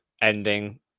ending